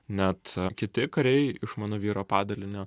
net kiti kariai iš mano vyro padalinio